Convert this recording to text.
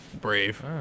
Brave